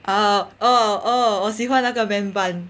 uh oh oh 我喜欢那个 man bun